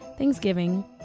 thanksgiving